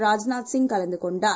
ராஜ்நாத்சிங்கலந்துகொண்டார்